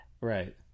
right